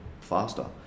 faster